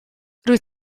rwyt